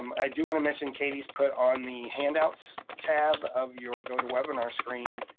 um i do wanna mention, katie's put on the handouts tab of your gotowebinar screen,